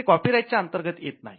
ते कॉपीराईट च्या अंतर्गत येत नाही